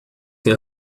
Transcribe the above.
tem